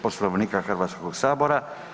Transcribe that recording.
Poslovnika Hrvatskog sabora.